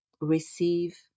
receive